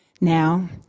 now